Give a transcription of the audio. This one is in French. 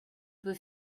peut